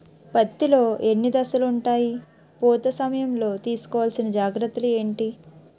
పత్తి లో ఎన్ని దశలు ఉంటాయి? పూత సమయం లో తీసుకోవల్సిన జాగ్రత్తలు ఏంటి?